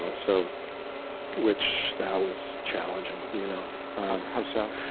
um so which, that was challenging. you know how so?